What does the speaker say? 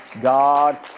God